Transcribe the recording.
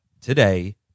today